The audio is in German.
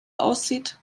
aussieht